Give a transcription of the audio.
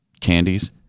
candies